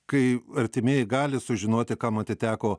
kai artimieji gali sužinoti kam atiteko